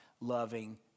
loving